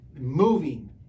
moving